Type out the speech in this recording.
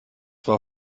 war